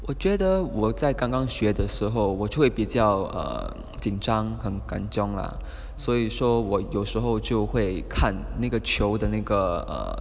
我觉得我在刚刚学的时候我就会比较 err 紧张很 kan chiong lah 所以说我有时候就会看那个球的那个 err